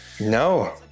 No